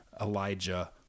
Elijah